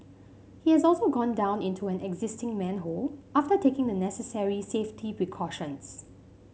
he has also gone down into an existing manhole after taking the necessary safety precautions